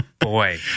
Boy